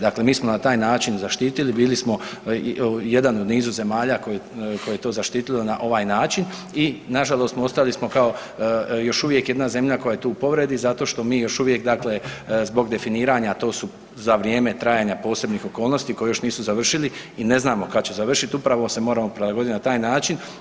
Dakle mi smo na taj način zaštitili, bili smo jedan u nizu zemalja koje, koje je to zaštitilo na ovaj način i nažalost smo, ostali smo kao još uvijek jedna zemlja koja je tu u povredi zato što mi još uvijek dakle zbog definiranja, a to su za vrijeme trajanja posebnih okolnosti koji još nisu završili i ne znamo kad će završit upravo se moramo prilagodit na taj način.